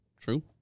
True